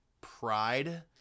pride